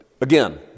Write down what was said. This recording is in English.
again